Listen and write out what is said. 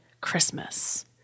Christmas